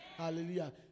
Hallelujah